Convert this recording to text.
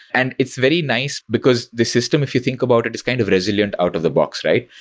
and it's very nice because this system, if you think about it, is kind of resilient out of the box, right?